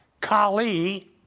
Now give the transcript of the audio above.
Kali